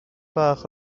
bach